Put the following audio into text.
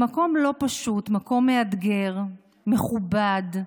במקום לא פשוט, מקום מאתגר, מכובד,